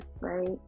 right